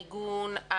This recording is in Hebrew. העיגון.